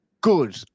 good